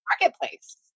Marketplace